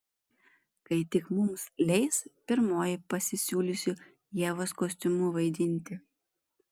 kai tik mums leis pirmoji pasisiūlysiu ievos kostiumu vaidinti